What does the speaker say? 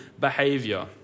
behavior